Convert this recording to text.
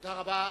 תודה רבה.